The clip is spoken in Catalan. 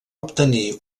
obtenir